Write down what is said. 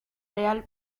real